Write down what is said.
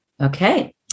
Okay